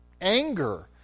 anger